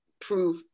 prove